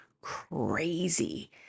crazy